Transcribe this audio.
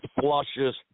Flushes